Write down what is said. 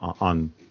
on